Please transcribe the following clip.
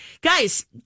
Guys